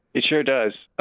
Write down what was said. it sure does.